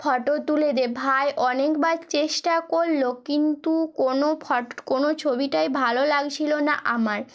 photo তুলে দে ভাই অনেকবার চেষ্টা করলো কিন্তু কোনও কোনও ছবিটাই ভালো লাগছিলো না আমার